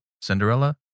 Cinderella